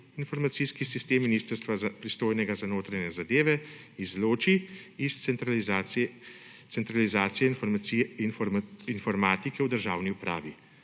informacijski sistem ministrstva, pristojnega za notranje zadeve, izloči iz centralizacije informatike v državni upravi,